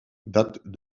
datent